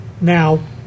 now